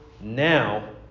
now